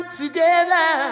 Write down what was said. together